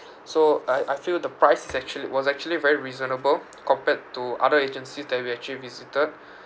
so I I feel the price is actually it was actually very reasonable compared to other agencies that we actually visited